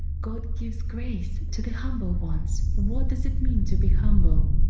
god gives grace to the humble ones. what does it mean to be humble?